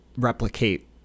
replicate